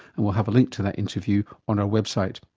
and we'll have a link to that interview on our website.